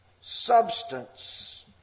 substance